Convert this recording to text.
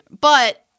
But-